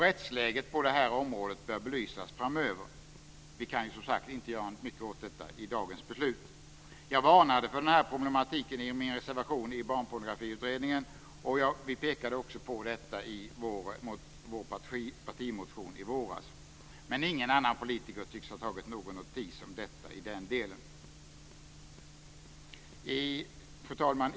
Rättsläget på det här området bör belysas framöver. Men vi kan inte göra mycket åt detta i dagens beslut. Jag varnade för den problematiken i min reservation i barnpornografiutredningen. Vi pekade också på detta i vår partimotion i våras. Men ingen annan politiker tycks ha tagit någon notis om det i den delen. Fru talman!